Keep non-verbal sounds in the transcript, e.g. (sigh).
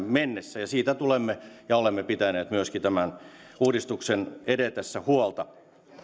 (unintelligible) mennessä ja siitä tulemme pitämään ja olemme pitäneet myöskin tämän uudistuksen edetessä huolta